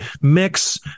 mix